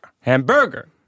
Hamburger